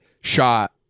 shot